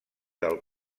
del